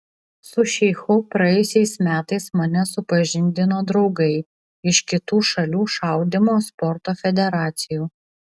su šeichu praėjusiais metais mane supažindino draugai iš kitų šalių šaudymo sporto federacijų